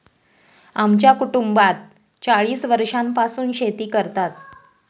आमच्या कुटुंबात चाळीस वर्षांपासून शेती करतात